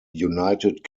united